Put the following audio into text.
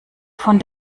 von